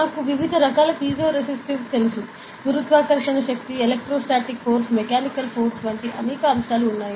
మాకు వివిధ రకాల పిజోరేసిటివ్ తెలుసు గురుత్వాకర్షణ శక్తి ఎలెక్ట్రోస్టాటిక్ ఫోర్స్ మెకానికల్ ఫోర్స్ వంటి అనేక అంశాలు ఉన్నాయి